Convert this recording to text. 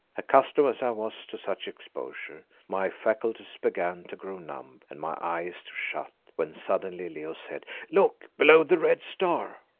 accustomed as i was to such exposure, my faculties began to grow numb and my eyes to shut, when suddenly leo said look, below the red star!